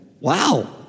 Wow